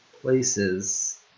places